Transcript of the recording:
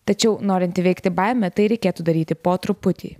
tačiau norint įveikti baimę tai reikėtų daryti po truputį